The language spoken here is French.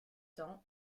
temps